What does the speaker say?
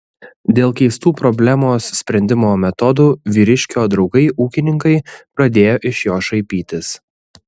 dėl keistų problemos sprendimo metodų vyriškio draugai ūkininkai pradėjo iš jo šaipytis